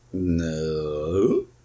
No